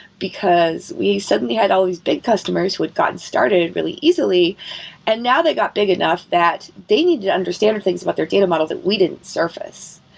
because we suddenly had all these big customers who had gotten started really easily and now they got big enough that they need understand things about their data model that we didn't surface.